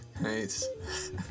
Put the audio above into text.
Nice